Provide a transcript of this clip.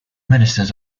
ministers